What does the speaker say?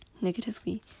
Negatively